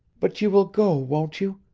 but you will go, won't you?